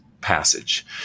passage